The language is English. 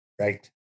Right